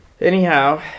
Anyhow